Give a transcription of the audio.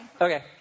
Okay